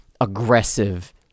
aggressive